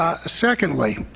Secondly